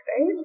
right